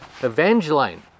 Evangeline